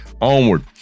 Onward